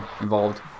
involved